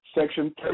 section